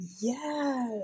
Yes